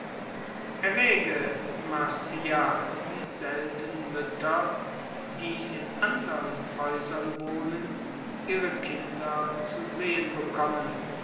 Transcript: erwäge marcia wie selten mütter die in andern häusern wohnen ihre kinder zu sehen bekommen